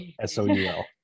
S-O-U-L